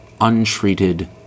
untreated